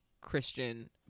christian